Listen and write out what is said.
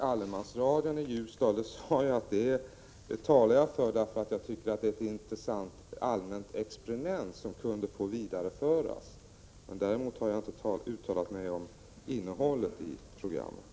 Allemansradion i Ljusdal talade jag för därför att jag tycker det är ett intressant allmänt experiment, som kunde få vidareföras. Däremot har jag inte uttalat mig om innehållet i programmen.